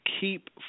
keep